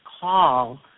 call